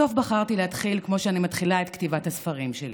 בסוף בחרתי להתחיל כמו שאני מתחילה את כתיבת הספרים שלי,